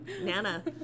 Nana